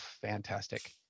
fantastic